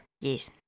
Yes